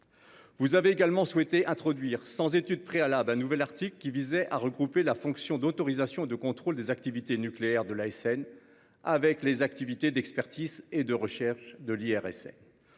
Vous avez également souhaité introduire sans étude préalable un nouvel article qui visait à regrouper la fonction d'autorisation de contrôle des activités nucléaires de la SN avec les activités d'expertise et de recherche de l'IRSN.